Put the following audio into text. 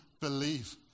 believe